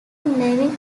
levin